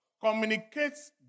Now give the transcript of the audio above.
communicates